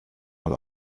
mal